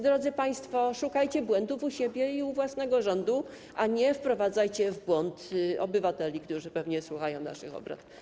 Drodzy państwo, szukajcie więc błędów u siebie i u własnego rządu, a nie wprowadzajcie w błąd obywateli, którzy pewnie słuchają naszych obrad.